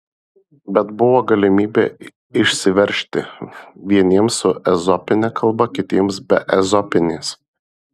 bet buvo galimybė išsiveržti vieniems su ezopine kalba kitiems be ezopinės